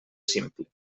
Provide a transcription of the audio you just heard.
simple